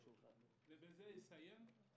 ובזה זה יסתיים,